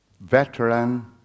Veteran